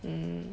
mm